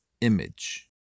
image